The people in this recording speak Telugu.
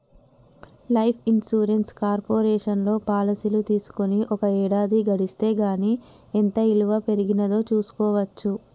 లైఫ్ ఇన్సూరెన్స్ కార్పొరేషన్లో పాలసీలు తీసుకొని ఒక ఏడాది గడిస్తే గానీ ఎంత ఇలువ పెరిగినాదో చూస్కోవచ్చు